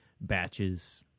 batches